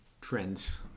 trends